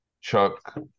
Chuck